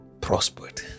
prospered